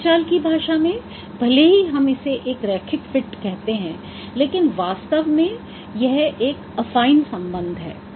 बोलचाल की भाषा में भले ही हम इसे एक रैखिक फिट कहते हैं लेकिन वास्तव में यह एक अफाइन संबंध है